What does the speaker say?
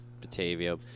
Batavia